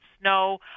snow